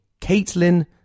Caitlin